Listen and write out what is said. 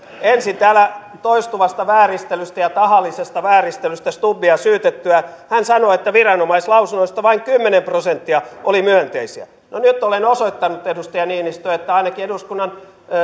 ensin täällä toistuvasta vääristelystä ja tahallisesta vääristelystä stubbia syytettyään hän sanoo että viranomaislausunnoista vain kymmenen prosenttia oli myönteisiä no nyt olen osoittanut edustaja niinistö että ainakin eduskunnan